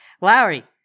Lowry